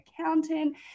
accountant